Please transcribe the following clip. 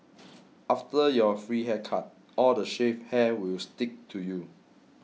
after your free haircut all the shaved hair will stick to you